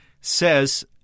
says